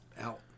Out